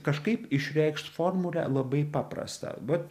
kažkaip išreikšt formulę labai paprastą vat